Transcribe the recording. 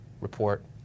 report